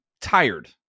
tired